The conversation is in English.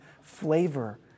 flavor